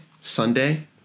Sunday